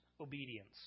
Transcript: obedience